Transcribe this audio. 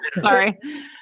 Sorry